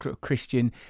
Christian